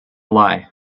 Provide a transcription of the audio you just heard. lie